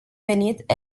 venit